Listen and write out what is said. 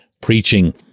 preaching